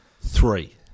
Three